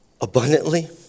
abundantly